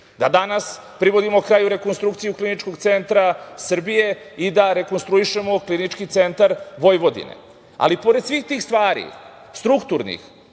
da danas privodimo kraju rekonstrukciju Kliničkog centra Srbije i da rekonstruišemo Klinički centar Vojvodine. Ali, i pored svih tih stvari, strukturnih,